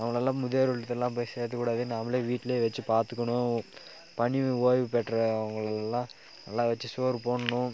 அவங்களலாம் முதியோர் இல்லத்துலலாம் போய் சேர்த்த கூடாது நாமளே வீட்டில் வெச்சு பார்த்துக்குணும் பணி ஓய்வு பெற்ற அவங்களல்லாம் நல்லா வெச்சு சோறு போடணும்